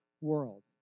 world